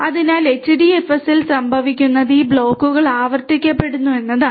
അതിനാൽ HDFS ൽ സംഭവിക്കുന്നത് ഈ ബ്ലോക്കുകൾ ആവർത്തിക്കപ്പെടുന്നു എന്നതാണ്